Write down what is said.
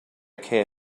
care